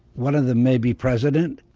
one of them may be president.